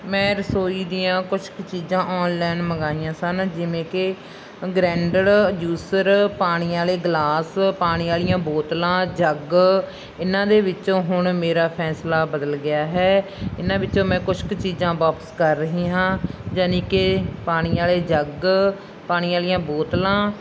ਮੈਂ ਰਸੋਈ ਦੀਆਂ ਕੁਛ ਕੁ ਚੀਜ਼ਾਂ ਆਨਲਾਈਨ ਮੰਗਾਈਆਂ ਸਨ ਜਿਵੇਂ ਕਿ ਗਰੈਂਡੜ ਯੂਸਰ ਪਾਣੀ ਵਾਲੇ ਗਲਾਸ ਪਾਣੀ ਵਾਲੀਆਂ ਬੋਤਲਾਂ ਜੱਗ ਇਹਨਾਂ ਦੇ ਵਿੱਚੋਂ ਹੁਣ ਮੇਰਾ ਫੈਸਲਾ ਬਦਲ ਗਿਆ ਹੈ ਇਹਨਾਂ ਵਿੱਚੋਂ ਮੈਂ ਕੁਛ ਕੁ ਚੀਜ਼ਾਂ ਵਾਪਸ ਕਰ ਰਹੀ ਹਾਂ ਯਾਨੀ ਕਿ ਪਾਣੀ ਵਾਲੇ ਜੱਗ ਪਾਣੀ ਵਾਲੀਆਂ ਬੋਤਲਾਂ